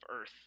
earth